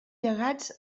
llegats